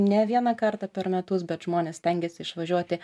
ne vieną kartą per metus bet žmonės stengias išvažiuoti